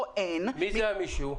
מי זה "המישהו"?